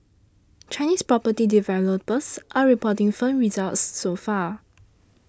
Chinese property developers are reporting firm results so far